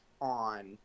on –